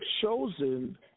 chosen